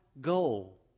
goal